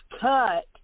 cut